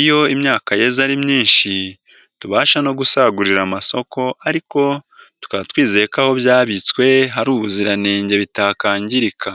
iyo imyaka yeze ari myinshi tubasha no gusagurira amasoko ariko tukaba twizeye ko aho byabitswe hari ubuziranenge bitakangirika.